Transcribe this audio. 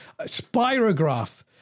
Spirograph